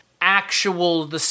actual